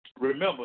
Remember